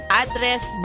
address